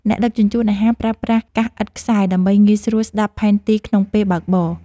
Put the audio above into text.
អ្នកដឹកជញ្ជូនអាហារប្រើប្រាស់កាសឥតខ្សែ ដើម្បីងាយស្រួលស្ដាប់ផែនទីក្នុងពេលបើកបរ។